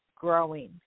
growing